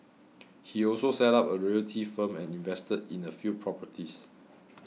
he also set up a realty firm and invested in a few properties